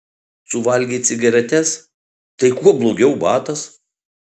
suvalgei cigaretes tai kuo blogiau batas